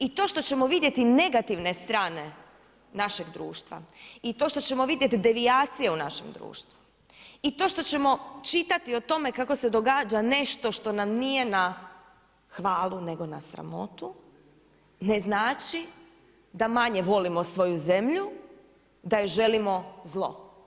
I to što ćemo vidjeti negativne strane našeg društva i to što ćemo vidjeti devijacije u našem društvu, i to što ćemo čitati o tome kako se događa nešto što nam nije na hvalu nego na sramotu, ne znači da manje volimo svoju zemlju, da joj želimo zlo.